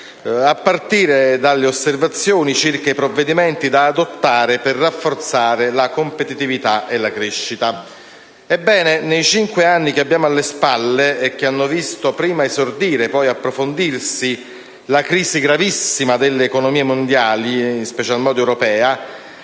a partire dalle osservazioni circa i provvedimenti da adottare per rafforzare la competitività e la crescita. Ebbene, nei cinque anni che abbiamo alle spalle e che hanno visto prima esordire e poi approfondirsi la crisi gravissima delle economie mondiali e in special modo europea,